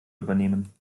übernehmen